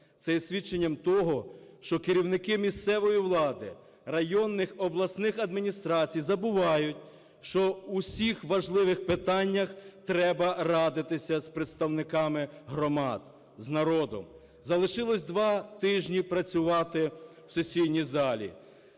Це є свідченням того, що керівники місцевої влади, районних, обласних адміністрацій забувають, що у всіх важливих питаннях треба радитися з представниками громад, з народом. Залишилось два тижні працювати в сесійній залі.